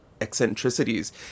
eccentricities